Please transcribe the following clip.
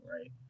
right